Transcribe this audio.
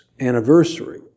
anniversary